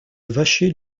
vacher